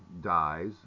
dies